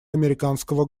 американского